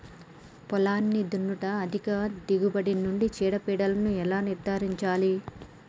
పొలాన్ని దున్నుట అధిక దిగుబడి నుండి చీడలను ఎలా నిర్ధారించాలి?